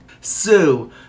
Sue